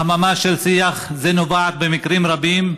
החממה של שיח זה נובעת במקרים רבים,